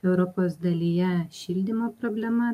europos dalyje šildymo problema